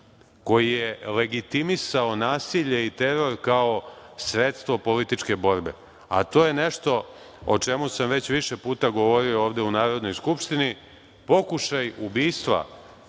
koji je legitimisao nasilje i teror kao sredstvo političke borbe, a to je nešto o čemu sam već više puta govorio ovde u Narodnoj Skupštini, pokušaj ubistva